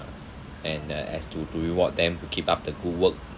and uh as to to reward them to keep up the good work